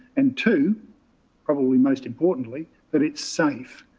and to probably most importantly, that it's safe.